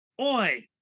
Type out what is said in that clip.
Oi